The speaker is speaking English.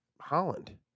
Holland